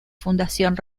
fundación